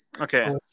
Okay